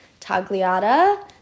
Tagliata